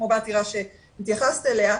כמו בעתירה שהתייחס אליה,